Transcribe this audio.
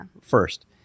First